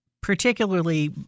particularly